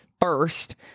first